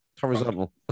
horizontal